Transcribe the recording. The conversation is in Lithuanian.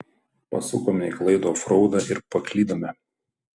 pasukome į klaidų ofraudą ir paklydome